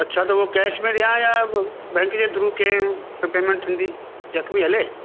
अछा त पोइ कैश में ॾिया या बैंक जे थ्रू की पेमेंट थींदी चैक बि हले